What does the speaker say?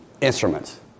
instruments